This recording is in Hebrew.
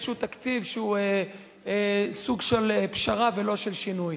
תקציב שהוא סוג של פשרה ולא של שינוי.